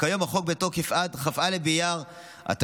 וכיום החוק בתוקף עד כ"א באייר התשפ"ד,